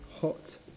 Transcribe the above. hot